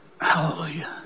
hallelujah